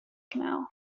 canal